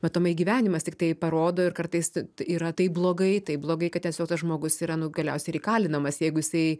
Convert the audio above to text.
matomai gyvenimas tiktai parodo ir kartais yra taip blogai taip blogai kad tiesiog tas žmogus yra nu galiausiai ir įkalinamas jeigu jisai